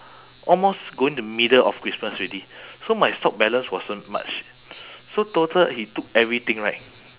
almost going to middle of christmas already so my stock balance wasn't much so total he took everything right